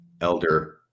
Elder